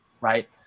right